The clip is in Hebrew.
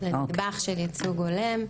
אני עוברת לנדבך של ייצוג הולם.